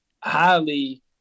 highly